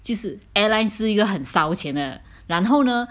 就是 airline 是一个很烧钱的然后呢